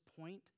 point